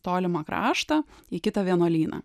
tolimą kraštą į kitą vienuolyną